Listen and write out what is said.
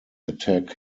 attack